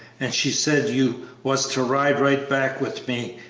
and she said you was to ride right back with me,